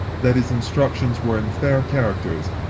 that his instructions were in fair characters,